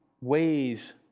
ways